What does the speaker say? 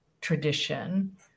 tradition